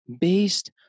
based